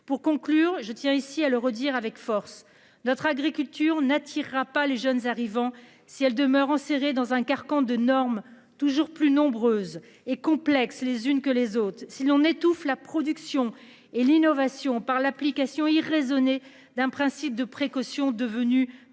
pour conclure je tiens ici à le redire avec force notre agriculture n'attirera pas les jeunes arrivant si elle demeure enserrées dans un carcan de normes toujours plus nombreuses et complexes les unes que les autres si l'on étouffe la production et l'innovation, par l'application irraisonnée d'un principe de précaution devenu principe